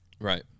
Right